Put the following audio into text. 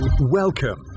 Welcome